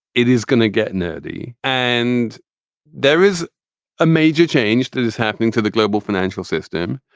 it is going to get nerdy. and there is a major change that is happening to the global financial system.